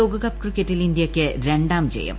C ലോകകപ്പ് ക്രിക്കറ്റിൽ ഇന്ത്യയ്ക്ക് രണ്ടാം ജയം